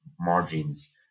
margins